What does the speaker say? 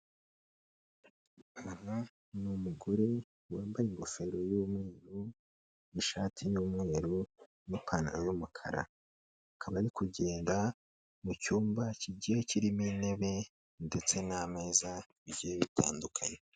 N'umugore wambaye ingofero y'umweru n'ishati y'umweru n'ipantaro y'umukara, akaba ari kugenda mu cyumba kigiye kirimo intebe ndetse n'ameza bigiye bitandukanye.